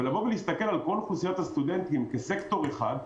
ולהסתכל על כל אוכלוסיית הסטודנטים כסקטור אחד,